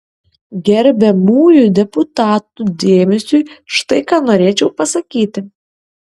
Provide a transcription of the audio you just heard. gerbiamųjų deputatų dėmesiui štai ką norėčiau pasakyti